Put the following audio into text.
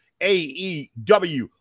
AEW